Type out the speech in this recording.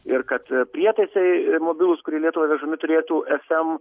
ir kad prietaisai mobilūs kurie į lietuvą vežami turėtų ef em